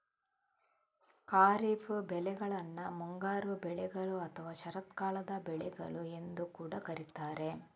ಖಾರಿಫ್ ಬೆಳೆಗಳನ್ನ ಮುಂಗಾರು ಬೆಳೆಗಳು ಅಥವಾ ಶರತ್ಕಾಲದ ಬೆಳೆಗಳು ಎಂದು ಕೂಡಾ ಕರೀತಾರೆ